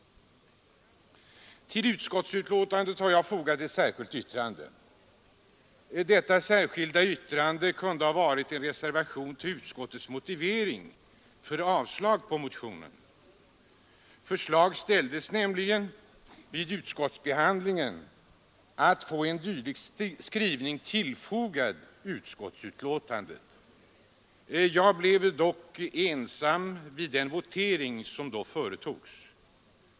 Till utskottsbetänkandet har jag fogat ett särskilt yttrande. Detta särskilda yttrande kunde ha varit en reservation mot utskottets motivering för avslag på motionen. Förslag ställdes nämligen vid utskottsbehandlingen om att få en dylik skrivning tillfogad utskottsbetänkandet. Jag blev dock ensam vid den votering som då företogs.